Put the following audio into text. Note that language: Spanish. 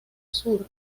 sur